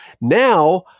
now